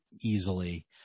easily